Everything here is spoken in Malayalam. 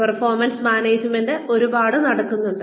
പെർഫോമൻസ് മാനേജ്മെന്റ് ഒരുപാട് നടക്കുന്നുണ്ട്